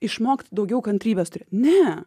išmokti daugiau kantrybės ne